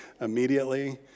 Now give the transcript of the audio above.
immediately